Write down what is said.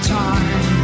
time